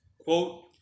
Quote